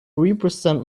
represent